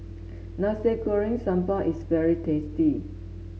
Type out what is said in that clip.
Nasi Goreng Sambal is very tasty